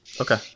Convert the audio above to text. Okay